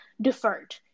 deferred